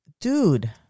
dude